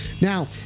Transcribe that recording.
Now